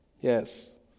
yes